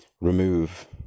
remove